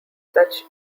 such